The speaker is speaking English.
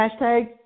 hashtag